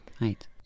Right